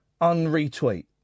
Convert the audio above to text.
un-retweet